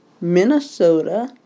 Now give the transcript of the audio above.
Minnesota